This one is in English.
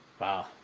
Wow